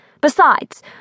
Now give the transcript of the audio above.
Besides